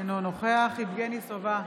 אינו נוכח יבגני סובה,